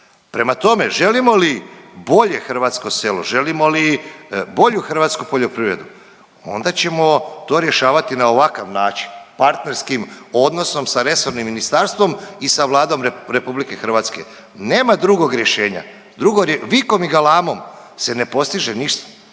Prema tome, želimo li bolje hrvatsko selo, želimo li bolju hrvatsku poljoprivredu onda ćemo to rješavati na ovakav način partnerskim odnosom sa resornim ministarstvom i sa Vladom RH. Nema drugog rješenja. Drugo, vikom i galamom se ne postiže ništa.